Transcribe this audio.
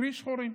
קרי, שחורים.